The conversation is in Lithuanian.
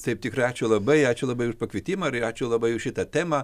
taip tikrai ačiū labai ačiū labai už pakvietimą ir ačiū labai už šitą temą